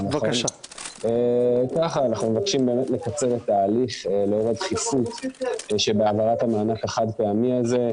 אנחנו מבקשים לקצר את ההליך לאור הדחיפות בהעברת המענק החד-פעמי הזה.